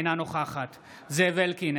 אינה נוכחת זאב אלקין,